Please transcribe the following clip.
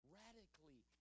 radically